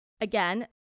again